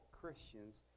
christians